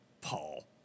paul